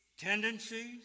tendencies